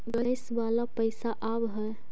Gas वाला पैसा आव है?